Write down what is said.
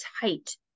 tight